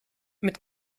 mit